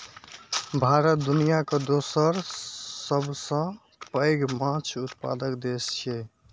भारत दुनियाक दोसर सबसं पैघ माछ उत्पादक देश छियै